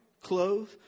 clothe